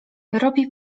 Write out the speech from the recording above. robi